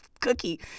cookie